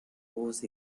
rose